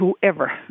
whoever